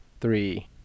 three